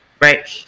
right